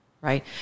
right